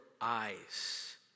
eyes